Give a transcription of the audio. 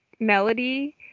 melody